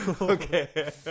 Okay